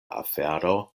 afero